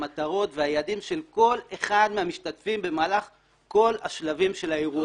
המטרות והיעדים של כל אחד מהמשתתפים במהלך כל השלבים של האירוע.